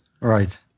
Right